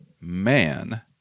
man